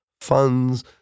funds